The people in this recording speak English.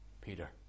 Peter